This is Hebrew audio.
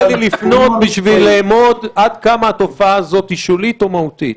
לי לפנות בשביל לאמוד עד כמה התופעה הזאת היא שולית או מהותית?